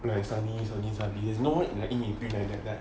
like study study study like no one is free like that